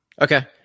Okay